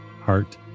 heart